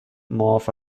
معاف